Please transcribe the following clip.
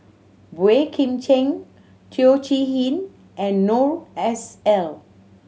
Boey Kim Cheng Teo Chee Hean and Noor S L